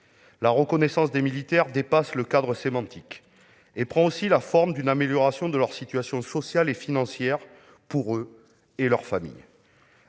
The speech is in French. La reconnaissance des militaires dépasse le cadre sémantique ; elle prend aussi la forme d'une amélioration de la situation sociale et financière des personnes